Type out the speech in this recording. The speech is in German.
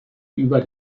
über